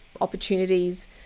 opportunities